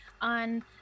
on